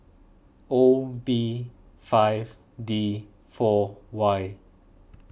O B five D four Y